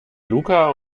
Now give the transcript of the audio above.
luca